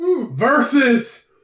Versus